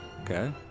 Okay